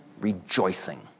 rejoicing